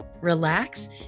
relax